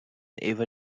ever